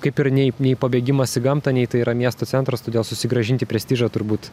kaip ir nei nei pabėgimas į gamtą nei tai yra miesto centras todėl susigrąžinti prestižą turbūt